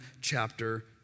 chapter